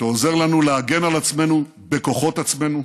שעוזר לנו להגן על עצמנו בכוחות עצמנו,